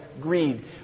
greed